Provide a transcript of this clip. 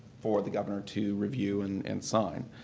for the governor to review and and sign.